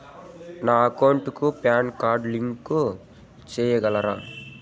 నా అకౌంట్ కు PAN card link సేయగలరా?